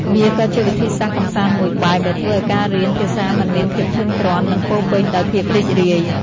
វាក៏ជាវិធីសាស្ត្រកម្សាន្តមួយបែបដែលធ្វើឱ្យការរៀនភាសាមិនមានភាពធុញទ្រាន់ និងពោរពេញដោយភាពរីករាយ។